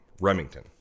Remington